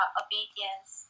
obedience